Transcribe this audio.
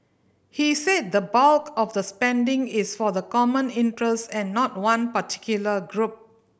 he said the bulk of the spending is for the common interest and not one particular group